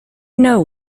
know